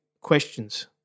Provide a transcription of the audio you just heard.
questions